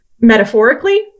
metaphorically